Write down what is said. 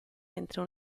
entro